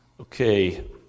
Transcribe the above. Okay